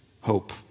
hope